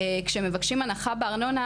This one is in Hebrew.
כשמבקשים הנחה בארנונה,